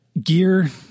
gear